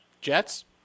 Jets